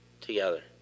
together